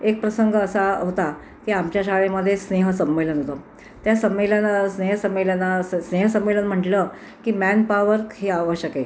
एक प्रसंग असा होता की आमच्या शाळेमध्ये स्नेहसंमेलन होतं त्या संमेलन स्नेहसंमेलना स्नेहसंमेलन म्हटलं की मॅनपॉवर ही आवश्यक आहे